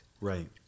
Right